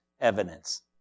evidence